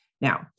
Now